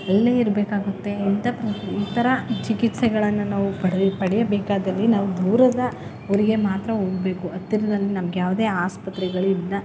ಅಲ್ಲೇ ಇರಬೇಕಾಗುತ್ತೆ ಇಂಥ ಈ ಥರ ಚಿಕಿತ್ಸೆಗಳನ್ನು ನಾವು ಪಡೆ ಪಡೆಯಬೇಕಾದಲ್ಲಿ ನಾವು ದೂರದ ಊರಿಗೆ ಮಾತ್ರ ಹೋಗ್ಬೇಕು ಹತ್ತಿರದಲ್ಲಿ ನಮ್ಗೆ ಯಾವುದೇ ಆಸ್ಪತ್ರೆಗಳಿಲ್ಲ